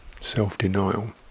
self-denial